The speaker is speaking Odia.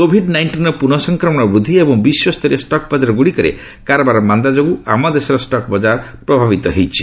କୋଭିଡ୍ ନାଇଷ୍ଟିନ୍ର ପୁନଃ ସଂକ୍ରମଣ ବୃଦ୍ଧି ଏବଂ ବିଶ୍ୱସ୍ତରୀୟ ଷ୍ଟକ୍ ବଜାର ଗୁଡ଼ିକରେ କାରବାର ମାନ୍ଦା ଯୋଗୁଁ ଆମ ଦେଶର ଷ୍ଟକ୍ ବଜାର ପ୍ରଭାବିତ ହୋଇଛି